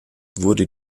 wurde